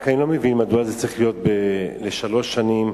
רק אני לא מבין מדוע זה צריך להיות לשלוש שנים.